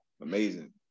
amazing